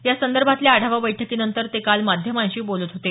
यासंदर्भातल्या आढावा बैठकीनंतर ते काल माध्यमांशी बोलत होते